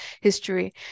history